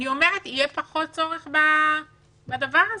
יהיה פחות צורך בדבר הזה.